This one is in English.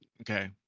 Okay